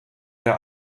der